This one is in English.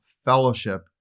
fellowship